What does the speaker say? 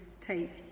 take